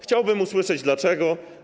Chciałbym usłyszeć dlaczego.